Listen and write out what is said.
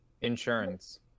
Insurance